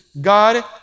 God